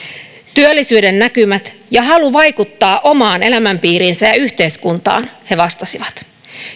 työllisyyden näkymät ja halu vaikuttaa omaan elämänpiiriinsä ja yhteiskuntaan he vastasivat